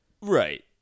right